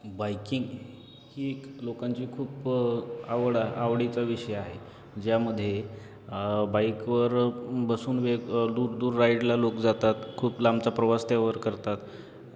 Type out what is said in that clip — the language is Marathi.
बाईकिंग ही एक लोकांची खूप आवडा आवडीचा विषय आहे ज्यामध्ये बाईकवर बसून वेग दूर दूर राईडला लोक जातात खूप लांबचा प्रवास त्यावर करतात